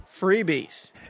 Freebies